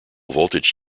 voltage